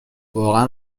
واقعا